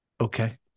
Okay